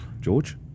George